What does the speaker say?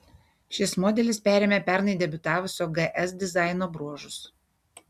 šis modelis perėmė pernai debiutavusio gs dizaino bruožus